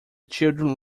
children